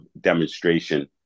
demonstration